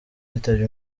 yitabye